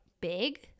big